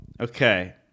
Okay